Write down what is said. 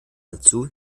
dazu